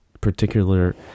particular